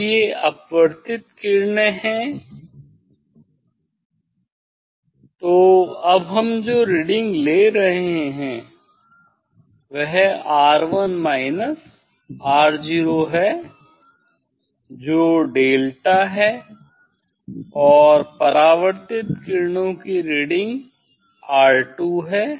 अब ये अपवर्तित किरणें है तो अब हम जो रीडिंग ले रहे हैं वह R1 माइनस R0 है जो डेल्टा है और परावर्तित किरणों की रीडिंग R 2 है